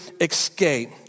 escape